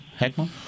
Heckman